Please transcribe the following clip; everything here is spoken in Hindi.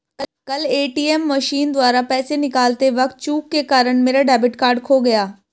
कल ए.टी.एम मशीन द्वारा पैसे निकालते वक़्त चूक के कारण मेरा डेबिट कार्ड खो गया